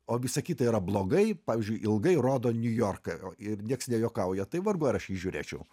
o visa kita yra blogai pavyzdžiui ilgai rodo niujorką ir nieks nejuokauja tai vargu ar aš jį žiūrėčiau